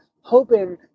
hoping